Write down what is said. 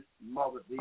Mother